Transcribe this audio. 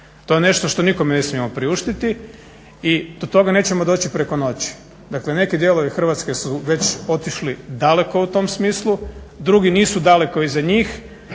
To je nešto što nikome ne smijemo priuštiti i do toga nećemo doći preko noći. Dakle neki dijelovi Hrvatske su već otišli daleko u tom smislu. Drugi nisu daleko iza njih,